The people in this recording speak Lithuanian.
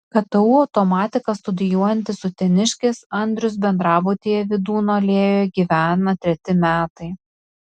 ktu automatiką studijuojantis uteniškis andrius bendrabutyje vydūno alėjoje gyvena treti metai